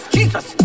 Jesus